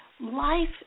life